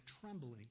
trembling